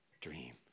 dream